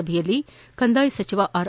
ಸಭೆಯಲ್ಲಿ ಕಂದಾಯ ಸಚಿವ ಆರ್